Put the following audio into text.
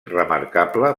remarcable